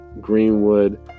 Greenwood